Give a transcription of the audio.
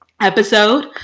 episode